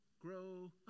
grow